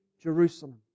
Jerusalem